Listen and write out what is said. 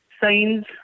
signs